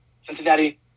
Cincinnati